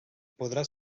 podrà